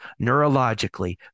Neurologically